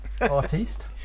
artist